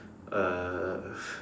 uh